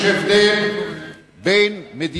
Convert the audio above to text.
רבותי, אין פה ויכוח, כי כרגע זה נאומים בני דקה.